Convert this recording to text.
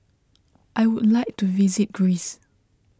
I would like to visit Greece